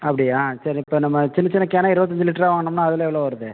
அப்படியா சரி இப்போ நம்ம சின்ன சின்ன கேனாக இருபத்தஞ்சி லிட்டரா வாங்கினோம்னா அதில் எவ்வளோ வருது